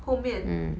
后面